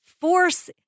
force